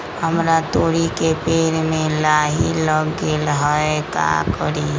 हमरा तोरी के पेड़ में लाही लग गेल है का करी?